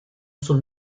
sul